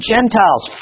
Gentiles